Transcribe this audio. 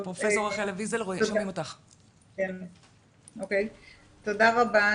תודה רבה.